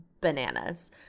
bananas